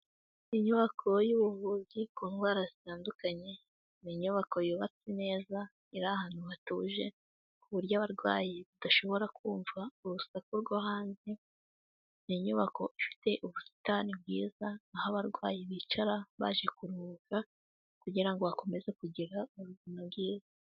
Inyubako y'ubuvuzi ku ndwara zitandukanye ni inyubako yubatswe neza iri ahantu hatuje, ku buryo abarwayi badashobora kumva urusaku rwo hanze, ni inyubako ifite ubusitani bwiza aho abarwayi bicara baje kuruhuka kugira ngo bakomeze kugira ubuzima bwiza.